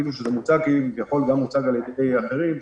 שזה מוצג כביכול על ידי אחרים,